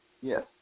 Yes